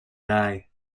dye